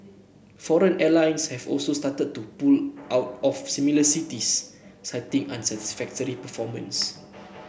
foreign airlines have also started to pull out of smaller cities citing unsatisfactory performance